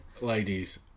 Ladies